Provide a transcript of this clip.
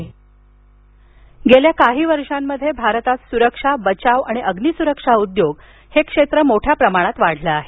राज्यपाल गेल्या काही वर्षांमध्ये भारतात सुरक्षा बचाव आणि अग्निसुरक्षा उद्योग क्षेत्र मोठ्या प्रमाणात वाढलं आहे